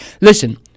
listen